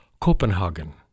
Copenhagen